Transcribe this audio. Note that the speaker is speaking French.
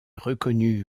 reconnu